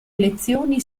elezioni